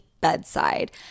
bedside